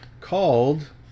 Called